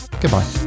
Goodbye